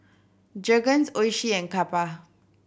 Jergens Oishi and Kappa